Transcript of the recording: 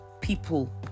people